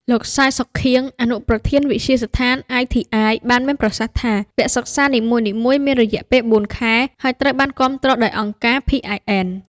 លោក សាយ សុខៀង អនុប្រធានវិទ្យាស្ថាន ITI បានមានប្រសាសន៍ថា “វគ្គសិក្សានីមួយៗមានរយៈពេលបួនខែ ហើយត្រូវបានគាំទ្រដោយអង្គការ PIN។